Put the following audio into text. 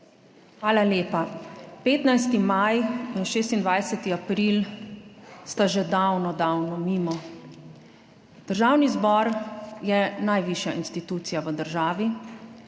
Hvala lepa. 15. maj in 26. april sta že davno, davno mimo. Državni zbor je najvišja institucija v državi